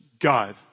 God